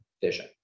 vision